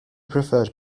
preferred